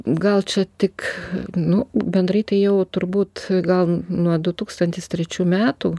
gal čia tik nu bendrai tai jau turbūt gal nuo du tūkstantis trečių metų